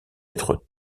être